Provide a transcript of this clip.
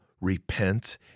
repent